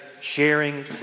sharing